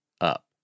up